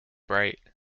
bright